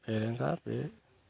बे दा बे